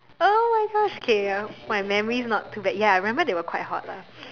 !oh-my-gosh! K my memory's not too bad ya I remember they were quite hot lah